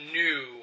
new